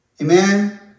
Amen